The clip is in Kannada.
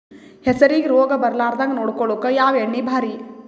ಹೆಸರಿಗಿ ರೋಗ ಬರಲಾರದಂಗ ನೊಡಕೊಳುಕ ಯಾವ ಎಣ್ಣಿ ಭಾರಿ?